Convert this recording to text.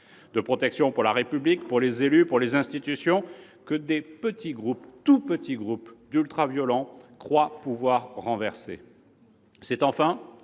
de protection pour la République, pour les élus, pour les institutions, que des petits groupes, de tout petits groupes d'ultra-violents croient pouvoir renverser.